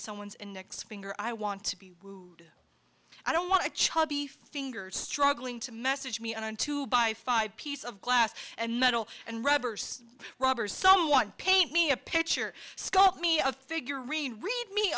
someones and next finger i want to be rude i don't want to chubby fingers struggling to message me on to buy five piece of glass and metal and rubbers rubbers someone paint me a picture sculpt me a figurine read